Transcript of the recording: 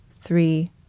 three